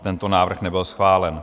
Tento návrh nebyl schválen.